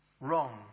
wrong